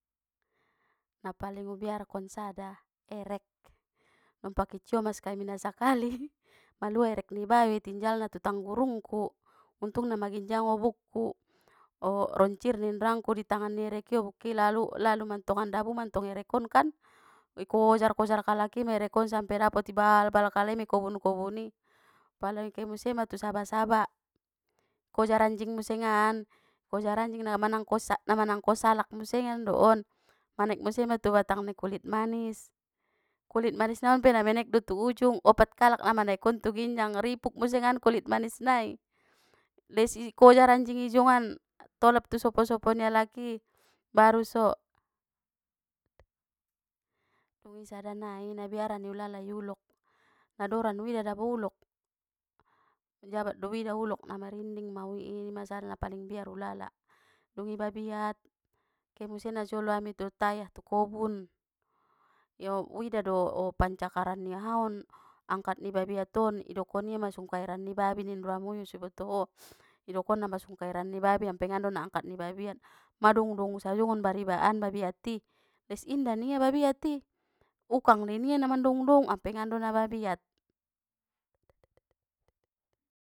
Na paling ubiarkon sada, erek, dompak i ciomas kami nasakali malua erek ni bayo i tinjalna tu tanggurungku, untungna ma ginjang obukku, o loncir ning rangku i tangan ni ereki lalu lalu mantongan dabu mantong erekon kan, i kojar kojar kalaki ma erek kon sampe dapot i bal bal kalai ma i kobun kobun ni, pala kei musema tu saba saba, kojar anjing musengan, kojar anjing namangko- namanangko salak musengan do on, manaek muse ma tu batang ni kulit manis, kulit manis nai pe na menek do tu ujung opat kalakna manaek on tu ginjang ripuk musengan kulit manis nai, les i kojar anjingi juo ngan, tolap tu sopo sopo ni alaki, baru so. Dungi sada nai nabiaran i ulala i ulok, na doran dabo uida ulok, jabat do uida ulok namarinding mau i ima sada napaling biar ulala, dungi babiat, ke muse najolo ami dot ayah tu kobun, uida do pancakaran ni aha on, angkat ni babiat on idokon ia ma sungkaeran ni babi nin roamuyu so iboto ho, idokonna ma songon kaeran ni babi ampengan do na angkat ni babiat, mang dung dungu sajo nggon bariba an babiati, les inda ningia babaiat i, ukang dei ninggia na mandoung doung ampengan do na babiat.